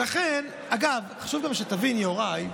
אגב, חשוב גם שתבין, יוראי,